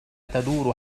تدور